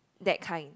that kind